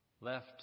left